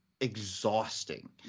exhausting